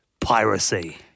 piracy